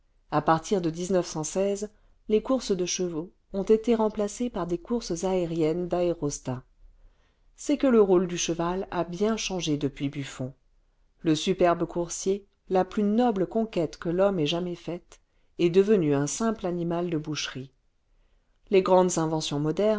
à partir de les courses de chevaux ont été remplacées par des courses aériennes d'aérostats c'est que le rôle du cheval a bien changé depuis buffon le superbe coursier la plus noble conquête que l'homme ait jamais faite est devenu un simple animal de boucherie les grandes inventions modernes